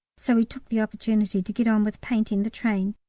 so we took the opportunity to get on with painting the train.